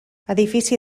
edifici